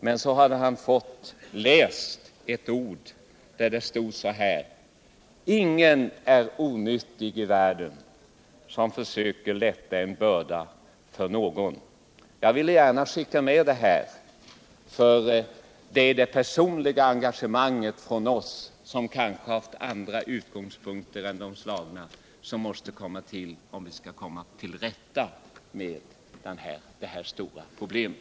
Han hade läst följande ord: Ingen är onyttig i världen som försöker lätta en börda för någon. — Jag vill gärna skicka med detta. Det är ju det personliga engagemanget från oss som kanske haft andra utgångspunkter än de utslagna som måste till om vi skall komma till rätta med de här stora problemen.